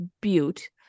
butte